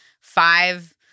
five